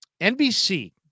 NBC